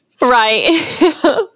Right